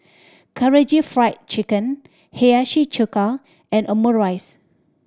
Karaage Fried Chicken Hiyashi Chuka and Omurice